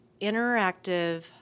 interactive